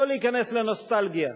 לא להיכנס לנוסטלגיה.